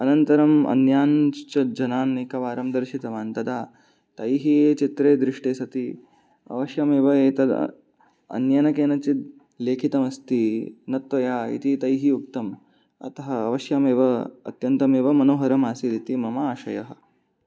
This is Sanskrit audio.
अनन्तरम् अन्यांश्च जनान् एकवारं दर्शितवान् तदा तैः ये चित्रे दृष्टे सति अवश्यमेव एतत् अन्येन केनचित् लिखितमस्ति न त्वया इति तैः उक्तम् अतः अवश्यमेव अत्यन्तमेव मनोहरमासीदिति मम आशयः